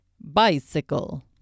bicycle